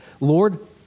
Lord